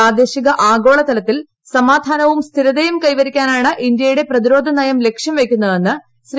പ്രാദേശിക ആഗോളതലത്തിൽ സമാധാനവും സ്ഥിരതയും കൈവരിക്കാനാണ് ഇന്ത്യയുടെ പ്രതിരോധ നയം ലക്ഷ്യം വയ്ക്കുന്നതെന്ന് ശ്രീ